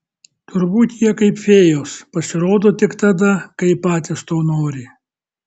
turbūt jie kaip fėjos pasirodo tik tada kai patys to nori